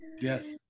Yes